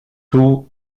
tout